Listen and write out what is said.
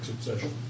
succession